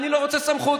אני לא רוצה סמכות,